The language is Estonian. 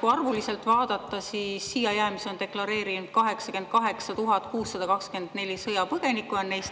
Kui arvuliselt vaadata, siis siiajäämist on deklareerinud 88 624 sõjapõgenikku, neist